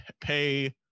pay